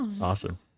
awesome